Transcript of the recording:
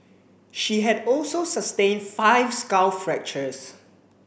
she had also sustained five skull fractures